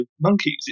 monkeys